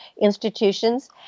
institutions